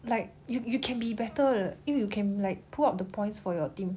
like you you can be better 因为 you can like pull up the points for your team